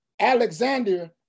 alexander